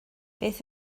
beth